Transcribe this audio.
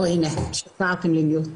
בבקשה.